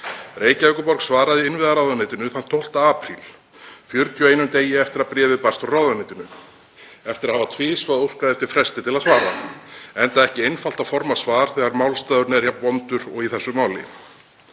Reykjavíkurborg svaraði innviðaráðuneytinu þann 12. apríl, 41 degi eftir að bréfið barst frá ráðuneytinu, eftir að hafa tvisvar óskað eftir fresti til að svara enda ekki einfalt að forma svar þegar málstaðurinn er jafn vondur og í þessu máli.